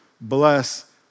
bless